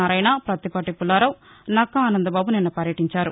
నారాయణ పత్తిపాటి పుల్లారావు నక్కా ఆనంద్ బాబు నిన్న పర్యటించారు